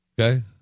Okay